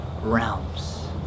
realms